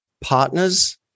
partners